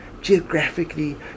geographically